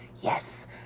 Yes